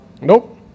Nope